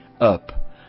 up